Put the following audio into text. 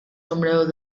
sombrero